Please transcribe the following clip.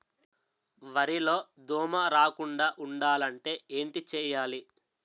వరిలో దోమ రాకుండ ఉండాలంటే ఏంటి చేయాలి?